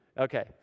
Okay